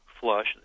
flush